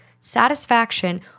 satisfaction